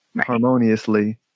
harmoniously